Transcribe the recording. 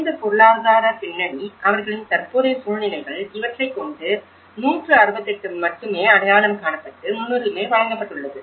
குறைந்த பொருளாதார பின்னணி அவர்களின் தற்போதைய சூழ்நிலைகள் இவற்றை கொண்டு 168 மட்டுமே அடையாளம் காணப்பட்டு முன்னுரிமை வழங்கப்பட்டுள்ளது